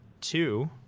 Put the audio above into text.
two